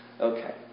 Okay